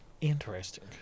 interesting